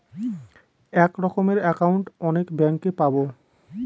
এক রকমের একাউন্ট অনেক ব্যাঙ্কে পাবো